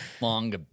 long